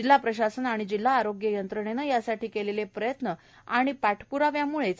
जिल्हा प्रशासन आणि जिल्हा आरोग्य यंत्रणेने यासाठी केलेले प्रयत्न आणि पाठप्रावा केला होता